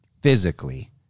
physically